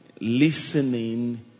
listening